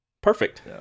Perfect